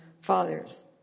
fathers